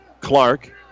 Clark